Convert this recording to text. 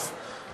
לאכוף,